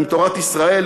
עם תורת ישראל,